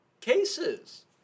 cases